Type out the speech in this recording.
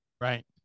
Right